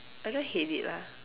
I don't hate it lah